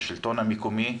השלטון המקומי,